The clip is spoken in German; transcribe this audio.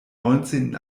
neunzehnten